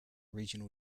regional